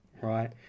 right